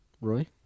roy